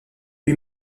lui